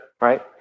right